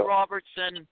Robertson